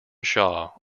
shaw